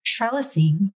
trellising